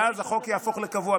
ואז החוק יהפוך לקבוע.